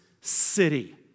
city